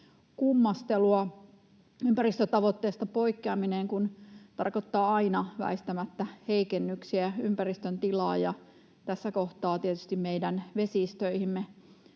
kummastelua, ympäristötavoitteesta poikkeaminen kun tarkoittaa aina väistämättä heikennyksiä ympäristön tilaan ja tässä kohtaa tietysti meidän vesistöihimme.